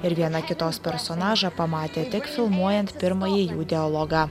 ir viena kitos personažą pamatė tik filmuojant pirmąjį jų dialogą